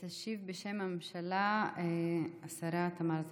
תשיב, בשם הממשלה, השרה תמר זנדברג.